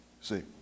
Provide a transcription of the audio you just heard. See